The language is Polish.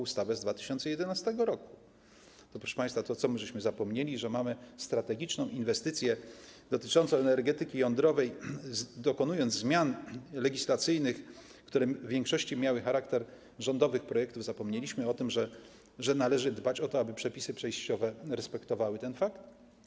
Ustawy z 2011 r. Proszę państwa, czy my zapomnieliśmy, że mamy strategiczną inwestycję dotyczącą energetyki jądrowej, dokonując zmian legislacyjnych, które w większości miały charakter rządowych projektów, zapomnieliśmy, że należy dbać o to, aby przepisy przejściowe respektowały ten fakt?